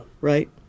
right